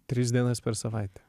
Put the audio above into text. tris dienas per savaitę